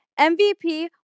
MVP